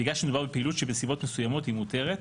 בגלל שמדובר בפעילות שבנסיבות מסוימות היא מותרת,